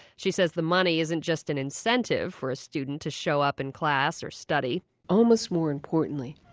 she says the money isn't just an incentive for a student to show up in class or study almost more importantly,